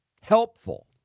helpful